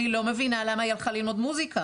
אני לא מבינה למה היא הלכה ללמוד מוזיקה.